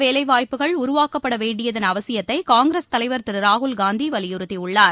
வேலைவாய்ப்புகள் உருவாக்கப்படவேண்டியதன் அவசியத்தைகாங்கிரஸ் கூடுதல் தலைவர் திருராகுல்காந்திவலியுறுத்தியுள்ளார்